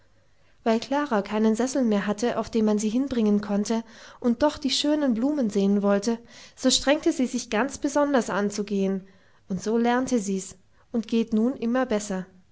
weil klara keinen sessel mehr hatte auf dem man sie hinbringen konnte und doch die schönen blumen sehen wollte so strengte sie sich ganz besonders an zu gehen und so lernte sie's und geht nun immer besser